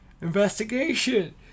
investigation